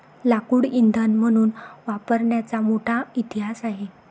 लाकूड इंधन म्हणून वापरण्याचा मोठा इतिहास आहे